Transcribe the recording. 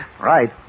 Right